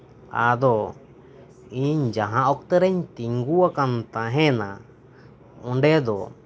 ᱤᱧ ᱡᱟᱦᱟᱸ ᱚᱠᱛᱮ ᱨᱤᱧ ᱛᱤᱸᱜᱩᱣᱟᱠᱟᱱ ᱛᱟᱦᱮᱸᱱᱟ ᱚᱸᱰᱮ ᱫᱚ